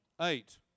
Eight